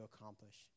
accomplish